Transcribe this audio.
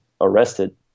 arrested